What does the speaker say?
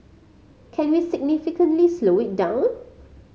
can we significantly slow it down